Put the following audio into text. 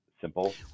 simple